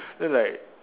then like